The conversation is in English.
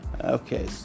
Okay